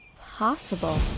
possible